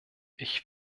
ich